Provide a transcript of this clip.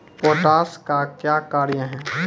Potash का क्या कार्य हैं?